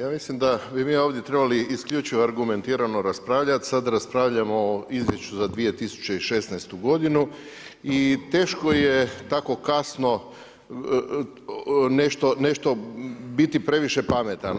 ja mislim da bi mi ovdje trebali isključivo argumentirano raspravljati, sada raspravljamo o izvješću za 2016. godinu i teško je tako kasno nešto, biti previše pametan.